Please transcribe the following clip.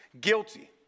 guilty